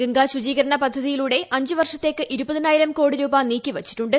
ഗംഗാ ശുചീകരണ പദ്ധതിയിലൂടെ അഞ്ച് വർഷത്തേക്ക് ഇരുപതിനായിരം കോടി രൂപ നീക്കി വച്ചിട്ടുണ്ട്